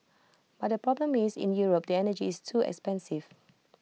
but the problem is in Europe the energy is too expensive